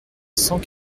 cent